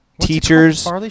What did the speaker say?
teachers